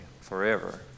forever